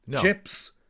Chips